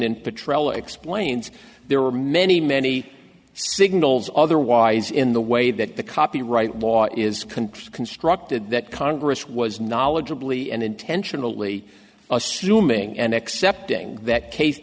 and patrol explains there were many many signals otherwise in the way that the copyright law is contrived constructed that congress was knowledgeably and intentionally assuming and accepting that case